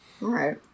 Right